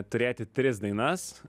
turėti tris dainas